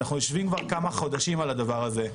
אנחנו יושבים כבר כמה חודשים על הדבר הזה.